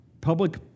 public